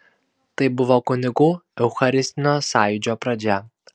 tai buvo kunigų eucharistinio sąjūdžio pradžia